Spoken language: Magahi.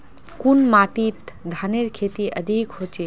कुन माटित धानेर खेती अधिक होचे?